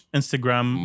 Instagram